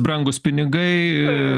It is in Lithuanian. brangūs pinigai